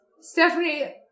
Stephanie